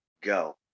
go